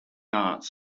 arts